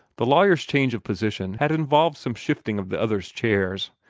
the lawyer's change of position had involved some shifting of the others' chairs,